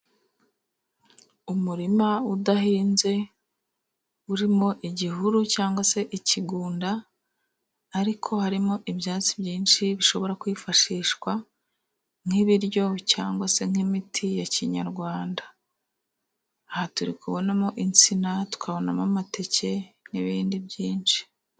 Umurima udahinze, urimo igihuru cyangwa se ikigunda, ariko harimo ibyatsi byinshi bishobora kwifashishwa nk'ibiryo, cyangwa se nk'imiti ya kinyarwanda. Aha turi kubonamo insina, tukabonamo amateke, n'ibindi byinshi.